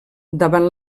davant